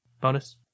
Bonus